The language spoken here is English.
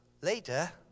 later